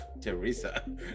Teresa